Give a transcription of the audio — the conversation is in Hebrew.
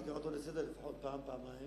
תקרא אותו לסדר לפחות פעם-פעמיים,